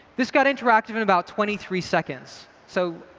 this got interactive in about twenty three seconds. so,